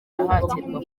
ahatirwa